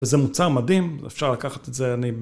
וזה מוצר מדהים, אפשר לקחת את זה אני...